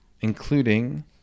including